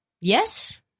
Yes